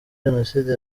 jenoside